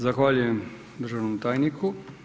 Zahvaljujem državnom tajniku.